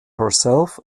herself